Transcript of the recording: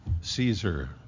Caesar